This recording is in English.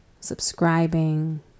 subscribing